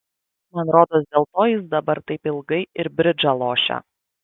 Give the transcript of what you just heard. man rodos dėl to jis dabar taip ilgai ir bridžą lošia